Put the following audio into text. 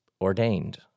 ordained